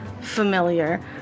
familiar